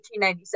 1897